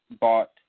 bought